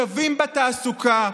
שווים בתעסוקה,